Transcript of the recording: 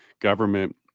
government